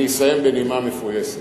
אני אסיים בנימה מפויסת.